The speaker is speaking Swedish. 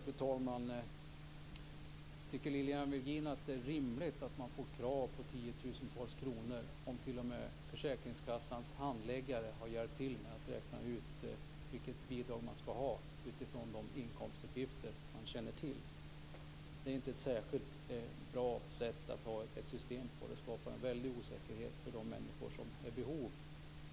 Fru talman! Tycker Lilian Virgin att det är rimligt att få krav på tiotusentals kronor när t.o.m. försäkringskassans handläggare har hjälpt till att räkna ut vilket bidrag som skall ges med utgångspunkt i kända inkomstuppgifter? Det är inte ett särskilt bra system. Det skapar en väldig osäkerhet för de människor som är i behov